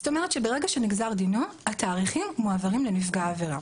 זאת אומרת שברגע שנגזר דינו התאריכים מועברים לנפגע העבירה.